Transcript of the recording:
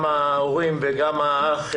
גם ההורים וגם האח,